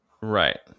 right